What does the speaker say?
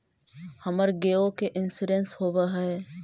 हमर गेयो के इंश्योरेंस होव है?